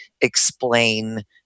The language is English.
explain